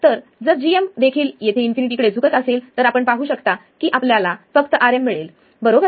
तर जर gm देखील येथे इन्फिनिटी कडे झुकत असेल तर आपण पाहू शकता की आपल्याला फक्त Rm मिळेल बरोबर